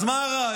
אז מה הראיה?